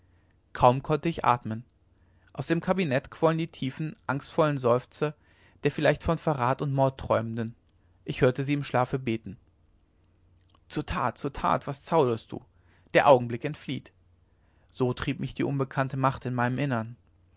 kaum konnte ich atmen aus dem kabinett quollen die tiefen angstvollen seufzer der vielleicht von verrat und mord träumenden ich hörte sie im schlafe beten zur tat zur tat was zauderst du der augenblick entflieht so trieb mich die unbekannte macht in meinem innern